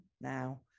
now